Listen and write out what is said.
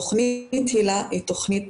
תכנית היל"ה היא תכנית